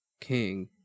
king